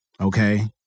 okay